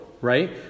right